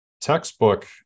Textbook